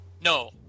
No